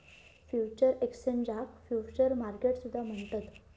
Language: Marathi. फ्युचर्स एक्सचेंजाक फ्युचर्स मार्केट सुद्धा म्हणतत